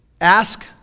ask